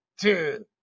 two